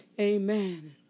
amen